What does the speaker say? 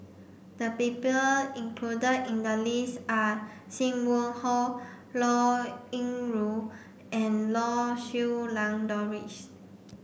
the people included in the list are Sim Wong Hoo Liao Yingru and Lau Siew Lang Doris